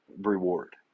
reward